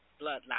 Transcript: bloodline